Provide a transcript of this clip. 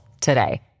today